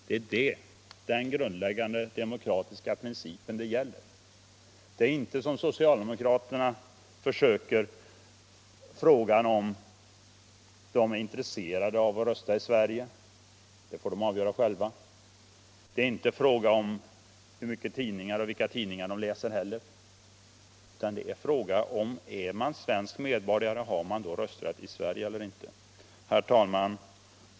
Det är den grundläggande demokratiska principen det gäller, inte som socialdemokraterna försöker göra gällande huruvida utlandssvenskarna är intresserade av att rösta i Sverige. Det får de avgöra själva. Det är inte heller fråga om hur många tidningar och vilka tidningar de läser. Vad det gäller är om man som svensk medborgare har rösträtt i Sverige eller inte. Herr talman!